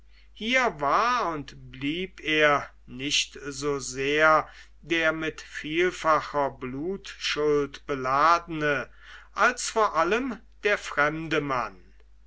hier war und blieb er nicht so sehr der mit vielfacher blutschuld beladene als vor allem der fremde mann